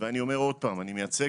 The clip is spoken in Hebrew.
אני מייצג,